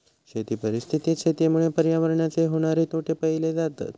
शेती परिस्थितीत शेतीमुळे पर्यावरणाचे होणारे तोटे पाहिले जातत